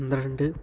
പന്ത്രണ്ട്